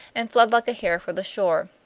and fled like a hare for the shore.